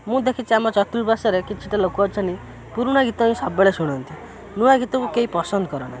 ମୁଁ ଦେଖିଛି ଆମ ଚତୁଃପାର୍ଶ୍ୱ ରେ କିଛିଟା ଲୋକ ଅଛନ୍ତି ପୁରୁଣା ଗୀତ ହିଁ ସବୁବେଳେ ଶୁଣନ୍ତି ନୂଆ ଗୀତକୁ କେହି ପସନ୍ଦ କରନାହିଁ